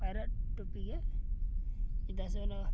ᱯᱟᱭᱨᱟᱜ ᱴᱩᱯᱤᱜᱮ ᱪᱮᱫᱟᱜ ᱥᱮ ᱚᱱᱟ